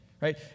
right